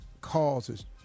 causes